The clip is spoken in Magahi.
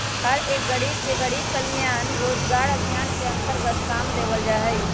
हर एक गरीब के गरीब कल्याण रोजगार अभियान के अन्तर्गत काम देवल जा हई